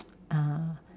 uh